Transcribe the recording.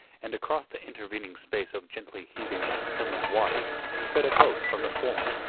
and across the intervening space of gently heaving, sunlit waters sped a boat from the former,